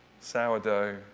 sourdough